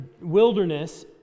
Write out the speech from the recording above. wilderness